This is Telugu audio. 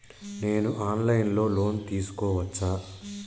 నేను ఆన్ లైన్ లో లోన్ తీసుకోవచ్చా?